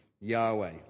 Yahweh